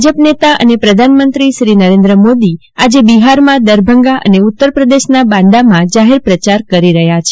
ભાજપ નેતા અને પ્રધાનમંત્રી શ્રી નરેન્દ્ર મોદી આજે બિહારમાં દરભંગા અને ઉત્તરપ્રદેશના બાંદામાં જાહેરપ્રચાર કરી રહ્યા છે